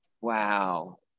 Wow